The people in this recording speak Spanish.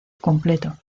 completo